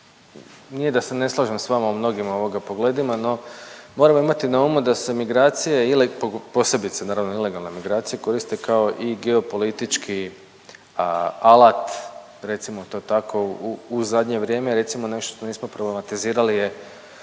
nije da se ne slažem s vama u mnogim ovoga pogledima no moramo imati na umu da se migracije posebice naravno ilegalne migracije koriste kako i geopolitički alat recimo to tako. U zadnje vrijeme recimo nešto što nismo problematizirali je